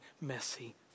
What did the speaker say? messy